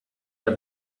get